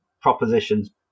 propositions